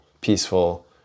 peaceful